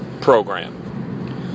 program